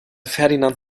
ferdinand